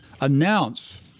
announce